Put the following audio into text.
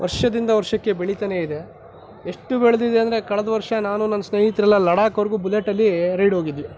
ವರ್ಷದಿಂದ ವರ್ಷಕ್ಕೆ ಬೆಳೀತಾನೆ ಇದೆ ಎಷ್ಟು ಬೆಳೆದಿದೆ ಅಂದರೆ ಕಳೆದ ವರ್ಷ ನಾನು ನನ್ನ ಸ್ನೇಹಿತರೆಲ್ಲ ಲಡಾಖ್ವರೆಗೂ ಬುಲೆಟಲ್ಲಿ ರೈಡ್ ಹೋಗಿದ್ವಿ